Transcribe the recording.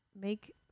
Make